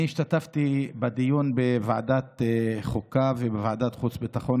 אני השתתפתי בדיון בוועדת חוקה ובוועדת חוץ וביטחון,